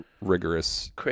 rigorous